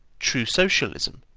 true socialism,